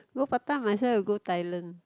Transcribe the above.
go Batam might as well you go Thailand